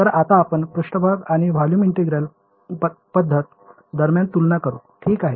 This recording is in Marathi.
तर आता आपण पृष्ठभाग आणि व्हॉल्यूम इंटीग्रल पध्दत दरम्यान तुलना करू ठीक आहे